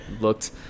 looked